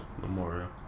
Memorial